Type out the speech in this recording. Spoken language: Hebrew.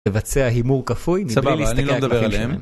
לבצע הימור כפוי מבלי להסתכל כפי ש... סבבה אני לא מדבר עליהם